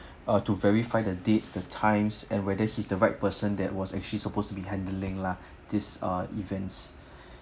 uh to verify the dates the times and whether he's the right person that was actually supposed to be handling lah this ah events